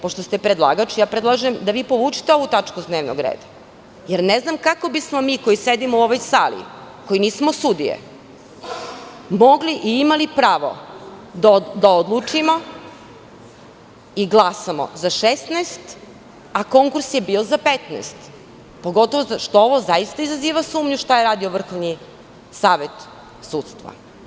Pošto ste predlagač, predlažem da vi povučete ovu tačku s dnevnog reda, jer ne znam kako bismo mi koji sedimo u ovoj sali, koji nismo sudije, mogli i imali pravo da odlučimo i glasamo za 16 a konkurs je bio za 15, pogotovu što ovo zaista izaziva sumnju šta je radio Vrhovni savet sudstva.